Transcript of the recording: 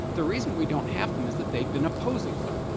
the reason we don't have them is that they've been opposing them.